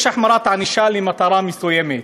יש החמרת ענישה למטרה מסוימת.